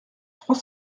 trois